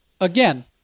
Again